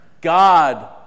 God